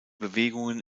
bewegungen